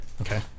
Okay